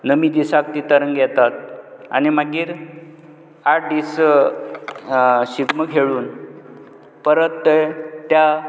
नमी दिसाक तीं तरगां येतात आनी मागीर आठ दीस शिगमो खेळून परत ते त्या